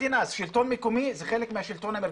מהשלטון המרכזי,